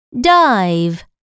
dive